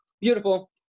beautiful